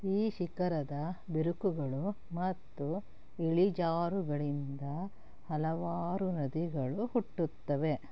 ಈ ಶಿಖರದ ಬಿರುಕುಗಳು ಮತ್ತು ಇಳಿಜಾರುಗಳಿಂದ ಹಲವಾರು ನದಿಗಳು ಹುಟ್ಟುತ್ತವೆ